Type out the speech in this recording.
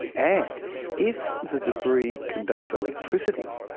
and if the debris conducts electricity,